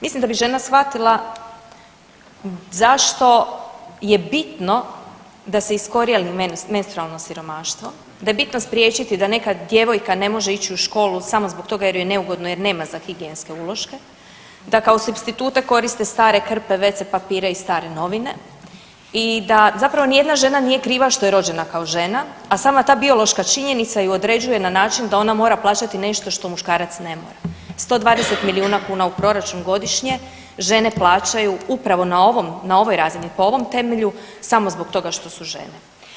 Mislim da bi žena shvatila zašto je bitno da se iskorijeni menstrualno siromaštvo, da je bitno spriječiti da neka djevojka ne može ići u školu samo zbog toga jer joj je neugodno jer nema za higijenske uloške, da kao supstitute koriste stare krpe, wc papire i stare novine i da zapravo nijedna žena nije kriva što je rođena kao žena, a sama ta biološka činjenica ju određuje na način da ona mora plaćati nešto što muškarac ne mora, 120 milijuna kuna u proračun godišnje žene plaćaju upravo na ovom, na ovoj razini, po ovom temelju, samo zbog toga što su žene.